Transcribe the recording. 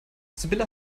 sibylle